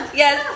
yes